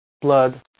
blood